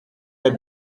est